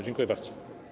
Dziękuję bardzo.